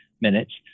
Minutes